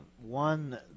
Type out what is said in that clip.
One